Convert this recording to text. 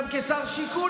גם כשר שיכון,